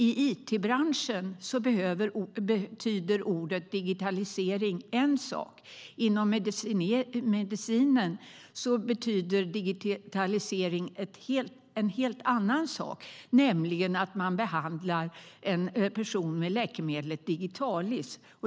I it-branschen betyder ordet digitalisering en sak, inom medicinen betyder digitalisering en helt annan sak, nämligen att en person behandlas med läkemedlet Digitalis.